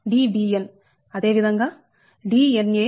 Dbn అదే విధంగా DnaDnb